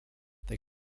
they